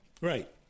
Right